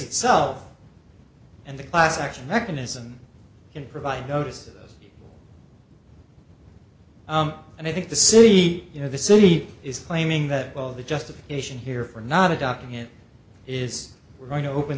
itself and the class action mechanism can provide notices and i think the city you know the city is claiming that well the justification here for not a document is we're going to open